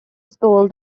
school